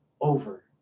over